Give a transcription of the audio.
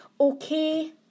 Okay